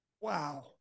wow